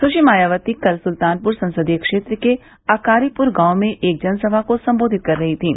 सुश्री मायावती कल सुल्तानपुर संसदीय क्षेत्र के अकारीपुर गांव में एक जनसभा को संबोधित कर रही थीं